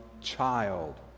child